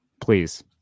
Please